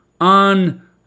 on